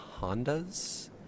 Hondas